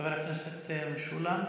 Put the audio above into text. חבר הכנסת טסלר,